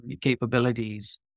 capabilities